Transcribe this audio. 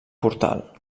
portal